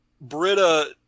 Britta